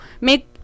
make